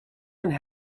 and